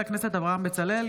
חברי הכנסת אברהם בצלאל,